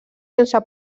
sense